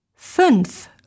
fünf